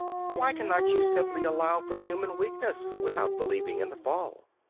why cannot you simply allow for human weakness without believing in the fall?